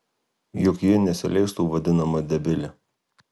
juk ji nesileistų vadinama debile